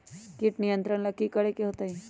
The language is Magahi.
किट नियंत्रण ला कि करे के होतइ?